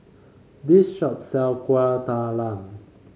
this shop sell Kueh Talam